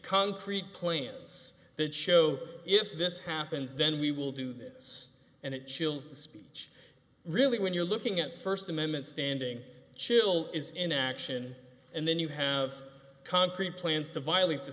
concrete plans that show if this happens then we will do this and it chills the speech really when you're looking at first amendment standing chill is in action and then you have concrete plans to violate the